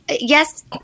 yes